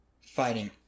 fighting